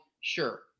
Sure